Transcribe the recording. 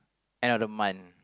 end of the month